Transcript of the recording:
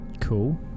cool